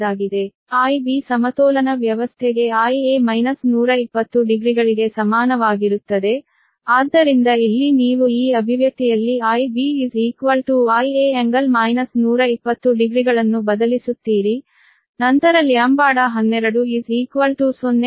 ಆದ್ದರಿಂದ Ib ಸಮತೋಲನ ವ್ಯವಸ್ಥೆಗೆ Ia ಮೈನಸ್ 120 ಡಿಗ್ರಿಗಳಿಗೆ ಸಮಾನವಾಗಿರುತ್ತದೆ ಆದ್ದರಿಂದ ಇಲ್ಲಿ ನೀವು ಈ ಅಭಿವ್ಯಕ್ತಿಯಲ್ಲಿ Ib Ia ∟ 120 ಡಿಗ್ರಿಗಳನ್ನು ಬದಲಿಸುತ್ತೀರಿ ನಂತರ λ12 0